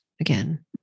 again